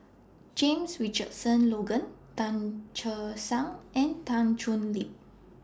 James Richardson Logan Tan Che Sang and Tan Thoon Lip